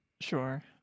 Sure